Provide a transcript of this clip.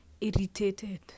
irritated